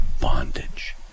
bondage